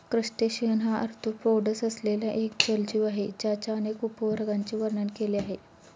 crustacean हा arthropods असलेला एक जलजीव आहे ज्याच्या अनेक उपवर्गांचे वर्णन केले आहे